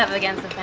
against the but